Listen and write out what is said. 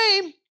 name